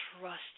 trust